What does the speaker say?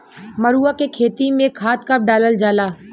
मरुआ के खेती में खाद कब डालल जाला?